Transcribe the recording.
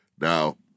Now